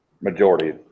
majority